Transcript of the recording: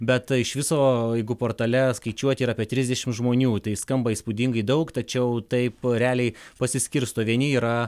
bet iš viso jeigu portale skaičiuoti yra apie trisdešim žmonių tai skamba įspūdingai daug tačiau taip realiai pasiskirsto vieni yra